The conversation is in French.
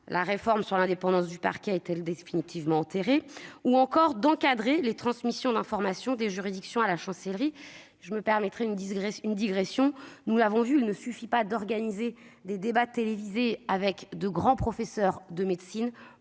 la réforme sur l'indépendance du parquet est-elle définitivement enterrée ? -ou encore d'encadrer les transmissions d'informations des juridictions à la Chancellerie. Permettez-moi une digression : nous avons vu qu'il ne suffisait pas d'organiser des débats télévisés avec de grands professeurs de médecine